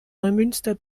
neumünster